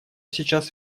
сейчас